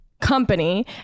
company